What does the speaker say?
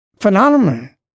phenomenon